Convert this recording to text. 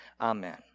amen